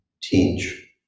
teach